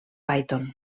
python